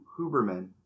Huberman